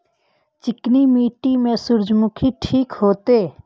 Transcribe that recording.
चिकनी मिट्टी में सूर्यमुखी ठीक होते?